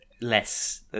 less